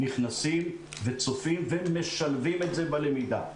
צופים ומשלבים את זה בלמידה.